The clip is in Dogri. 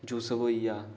यूसफ होई गेआ